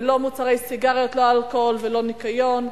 ולא סיגריות, לא אלכוהול ולא מוצרי ניקיון.